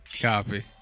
Copy